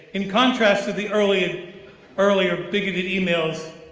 in contrast to the earlier earlier bigoted emails,